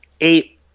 eight